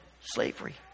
slavery